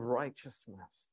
righteousness